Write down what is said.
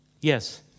yes